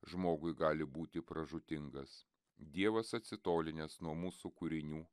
žmogui gali būti pražūtingas dievas atsitolinęs nuo mūsų kūrinių